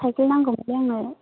cycle नांगौमोनलै आंनो